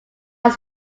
was